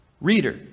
Reader